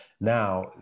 now